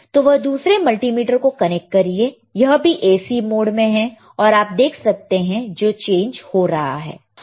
तो वह दूसरे मल्टीमीटर को कनेक्ट करिए यह भी AC मोड में है और आप देख सकते हैं जो चेंज हो रहा है